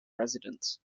residents